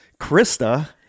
Krista